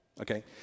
okay